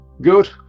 Good